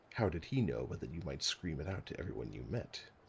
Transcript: how did he know but that you might scream it out to everyone you met.